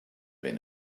been